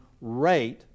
rate